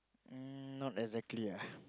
um not exactly ah